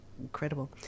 incredible